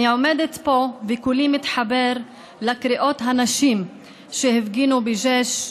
אני עומדת פה וקולי מתחבר לקריאות הנשים שהפגינו בג'יש,